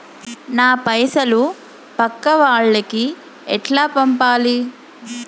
నా పైసలు పక్కా వాళ్లకి ఎట్లా పంపాలి?